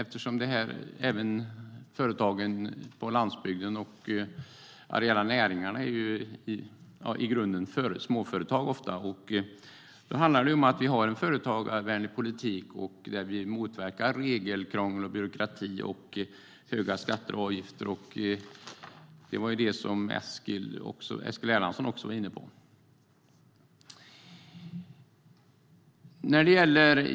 Företagen på landsbygden och de areella näringarna är ju ofta i grunden småföretag, och då handlar det om att ha en företagarvänlig politik där vi motverkar regelkrångel, byråkrati och höga skatter och avgifter. Även Eskil Erlandsson var inne på detta.